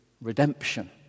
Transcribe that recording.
redemption